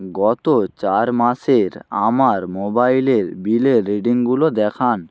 গত চার মাসের আমার মোবাইলের বিলের রিডিংগুলো দেখান